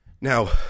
Now